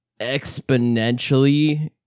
exponentially